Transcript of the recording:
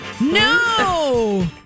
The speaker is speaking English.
No